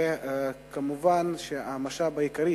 מובן שהמשאב העיקרי